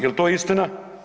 Je li to istina?